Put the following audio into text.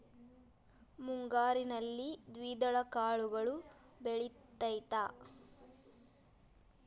ಮುಂಗಾರಿನಲ್ಲಿ ದ್ವಿದಳ ಕಾಳುಗಳು ಬೆಳೆತೈತಾ?